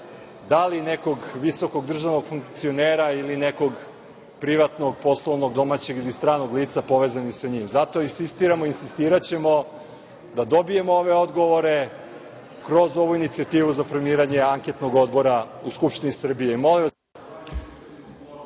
da li nekog visokog državnog funkcionera ili neko privatnog, poslovnog, domaćeg ili stranog lica povezanog sa njim. Zato insistiramo i insistiraćemo da dobijemo ove odgovore, kroz ovu inicijativu za formiranje anketnog odbora u Skupštini Srbije. Molim